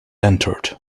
entered